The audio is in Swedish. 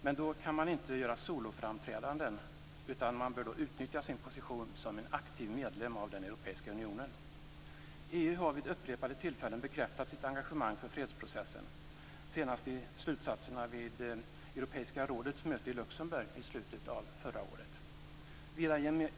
Men då kan man inte göra soloframträdanden, utan man bör utnyttja sin position som en aktiv medlem av den europeiska unionen. EU har vid upprepade tillfällen bekräftat sitt engagemang för fredsprocessen, senast i slutsatserna vid Europeiska rådets möte i Luxemburg i slutet av förra året.